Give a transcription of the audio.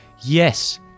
Yes